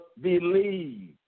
believe